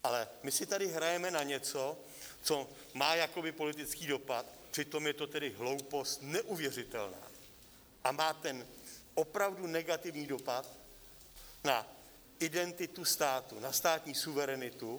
Ale my si tady hrajeme na něco, co má politický dopad, přitom je to tedy hloupost neuvěřitelná a má opravdu negativní dopad na identitu státu, na státní suverenitu.